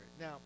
now